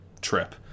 trip